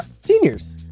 Seniors